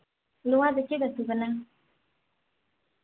ᱱᱚᱣᱟ ᱫᱚ ᱪᱮᱫ ᱟᱹᱛᱩ ᱠᱟᱱᱟ